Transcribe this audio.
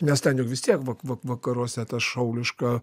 nes ten juk vis tiek vak vak vakaruose tas šauliška